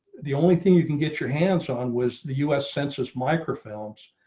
the only thing you can get your hands on was the us census microphones,